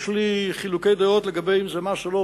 יש לי חילוקי דעות אם זה מס או לא.